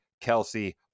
Kelsey